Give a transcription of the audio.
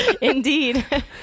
indeed